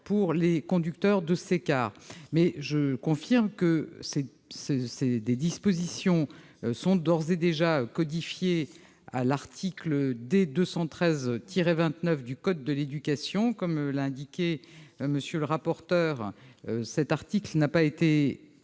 pour les conducteurs de ces cars. Je confirme que ces dispositions sont d'ores et déjà codifiées à l'article D. 213-29 du code de l'éducation. Comme l'a indiqué M. le rapporteur, cet article n'a pas été